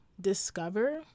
discover